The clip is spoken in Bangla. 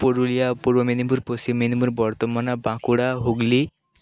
পুরুলিয়া পূর্ব মেদিনীপুর পশ্চিম মেদিনীপুর বর্ধমান বাঁকুড়া হুগলি